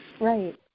Right